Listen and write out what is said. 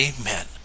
amen